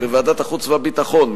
בוועדת החוץ והביטחון,